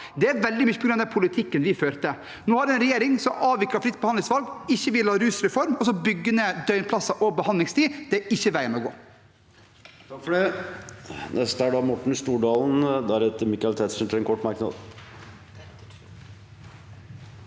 Det var veldig mye på grunn av den politikken vi førte. Nå har vi en regjering som avvikler fritt behandlingsvalg, ikke vil ha rusreform og bygger ned døgnplasser og behandlingstid. Det er ikke veien å gå.